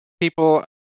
people